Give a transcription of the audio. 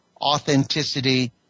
authenticity